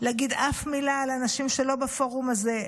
להגיד אף מילה על אנשים שלא בפורום הזה.